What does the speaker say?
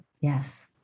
Yes